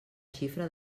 xifra